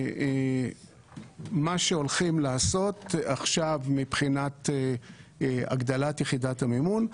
מה שהולכים לעשות עכשיו מבחינת הגדלת יחידת המימון,